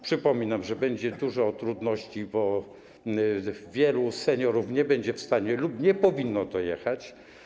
Przypominam, że będzie dużo trudności, bo wielu seniorów nie będzie w stanie lub nie powinno dojechać.